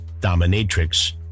dominatrix